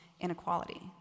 inequality